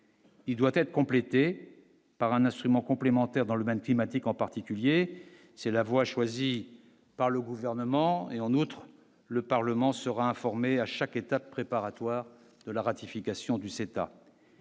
Il doit être complété par un instrument complémentaire dans le Maine climatiques en particulier, c'est la voie choisie par le gouvernement est en outre le Parlement sera informé à chaque étape préparatoire de la ratification du CETA